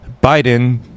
Biden